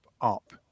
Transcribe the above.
up